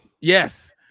Yes